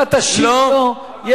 לא, אתה תשיב לו.